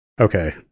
Okay